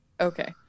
Okay